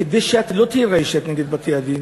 כדי שאת לא תיראי שאת נגד בתי-הדין,